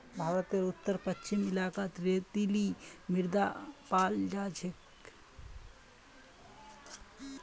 भारतेर उत्तर पश्चिम इलाकात रेतीली मृदा पाल जा छेक